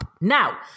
Now